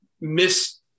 miss